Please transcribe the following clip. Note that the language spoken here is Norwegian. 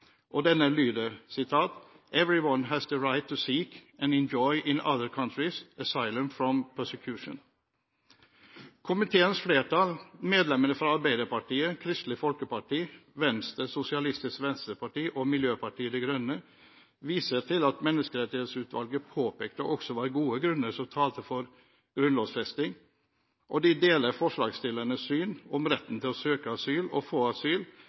og denne lyder: «Everyone has the right to seek and enjoy in other countries asylum from persecution». Komiteens flertall, medlemmene fra Arbeiderpartiet, Kristelig Folkeparti, Venstre, Sosialistisk Venstreparti og Miljøpartiet De Grønne, viser til at Menneskerettighetsutvalget påpekte at det også var gode grunner som talte for grunnlovfesting, og de deler forslagsstillernes syn om at retten til å søke asyl og få asyl